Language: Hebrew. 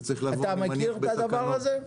אתה מכיר את הדבר הזה?